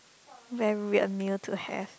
very weird meal to have